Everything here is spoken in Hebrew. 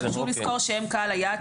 צריך לזכור שהם קהל היעד שלנו.